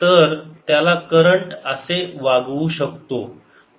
तर त्याला करंट असे वागवू शकतो